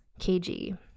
KG